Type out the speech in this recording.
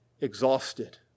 exhausted